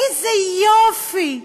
איזה יופי.